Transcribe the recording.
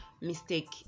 mistake